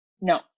No